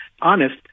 honest